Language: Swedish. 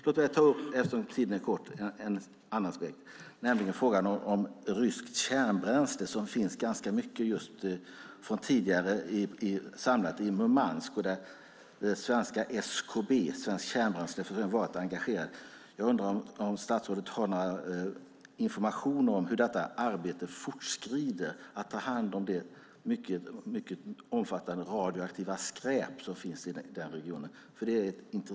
Låt mig, eftersom tiden är kort, ta upp en annan aspekt, nämligen frågan om ryskt kärnbränsle, som det från tidigare finns ganska mycket samlat i just Murmansk. Där har svenska SKB, Svensk Kärnbränslehantering, varit engagerat. Jag undrar om statsrådet har någon information om hur arbetet med att ta hand om det mycket omfattande radioaktiva skräp som finns i den regionen fortskrider.